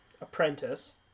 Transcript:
apprentice